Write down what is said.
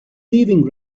leaving